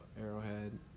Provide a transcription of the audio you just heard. arrowhead